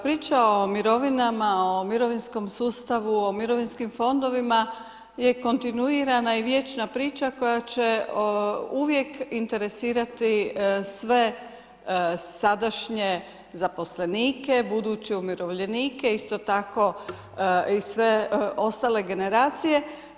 Priča o mirovinama, o mirovinskom sustavu, o mirovinskim fondovima, je kontinuirana i vijećna priča koja će uvijek interesirati sve sadašnje zaposlenike, buduće umirovljenike, isto tako i sve ostale generacije.